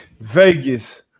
Vegas